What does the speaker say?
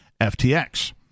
FTX